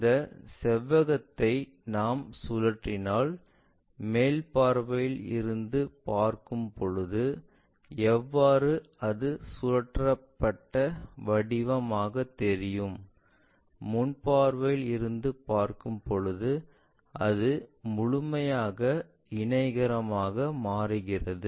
இந்த செவ்வகத்தை நாம் சுழற்றினால் மேல் பார்வையில் இருந்து பார்க்கும் பொழுது எவ்வாறு அது சுழற்றப்பட்ட வடிவம் ஆக தெரியும் முன் பார்வையில் இருந்து பார்க்கும் பொழுது அது முழுமையாக இணைகரம் ஆக மாறுகிறது